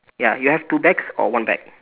ya you have two bags or one bag